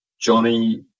Johnny